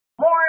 more